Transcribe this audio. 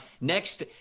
Next